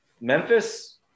Memphis